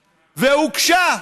והוגשה.